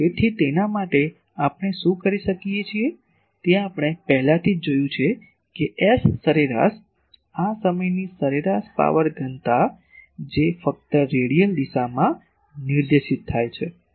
તેથી તેના માટે આપણે શું કરી શકીએ છીએ તે આપણે પહેલાથી જ જોયું છે કે S સરેરાશ આ સમયની સરેરાશ પાવર ઘનતા જે ફક્ત રેડિયલ દિશામાં નિર્દેશિત થાય છે